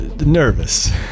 Nervous